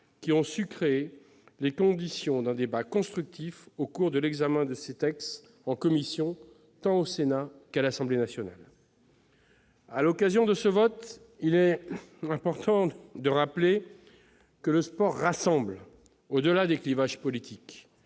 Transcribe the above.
qui ont su créer les conditions d'un débat constructif au cours de l'examen de ce texte en commission, tant au Sénat qu'à l'Assemblée nationale. À l'occasion de ce vote, il est important de rappeler que le sport rassemble au-delà des clivages politiques.